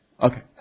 okay